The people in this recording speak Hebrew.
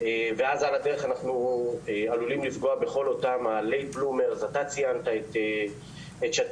ועל הדרך אנחנו יכולים לפגוע בכל אלו שאינם שם.